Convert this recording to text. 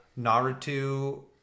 Naruto